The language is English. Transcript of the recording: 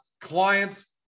Clients